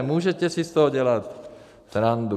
Můžete si z toho dělat srandu.